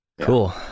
Cool